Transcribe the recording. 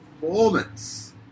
Performance